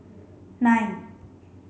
nine